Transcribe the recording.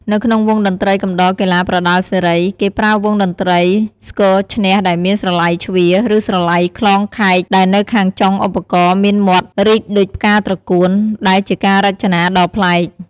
នៅក្នុងវង់តន្ត្រីកំដរកីឡាប្រដាល់សេរី គេប្រើវង់តន្ត្រីស្គរឈ្នះដែលមានស្រឡៃជ្វា ឬស្រឡៃក្លងខែក ដែលនៅខាងចុងឧបករណ៍មានមាត់រីកដូចផ្កាត្រកួន ដែលជាការរចនាដ៏ប្លែក។